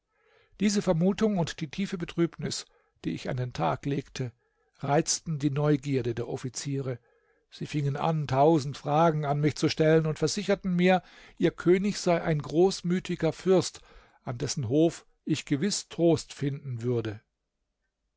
diese vermutung und die tiefe betrübnis die ich an den tag legte reizten die neugierde der offiziere sie fingen an tausend fragen an mich zu stellen und versicherten mir ihr könig sei ein großmütiger fürst an dessen hof ich gewiß trost finden würde